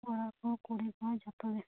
ᱠᱚᱲᱟ ᱠᱚᱸᱦᱚ ᱠᱩᱲᱤ ᱠᱚᱸᱦᱚ ᱡᱚᱛᱚᱜᱮ